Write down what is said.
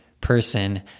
person